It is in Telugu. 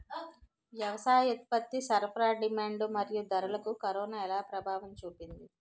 వ్యవసాయ ఉత్పత్తి సరఫరా డిమాండ్ మరియు ధరలకు కరోనా ఎలా ప్రభావం చూపింది